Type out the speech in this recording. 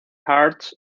hearts